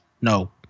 no